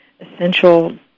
essential